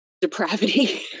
depravity